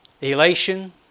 Elation